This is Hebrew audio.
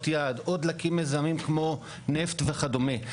יעד או דלקים מזהמים כמו נפט וכדומה.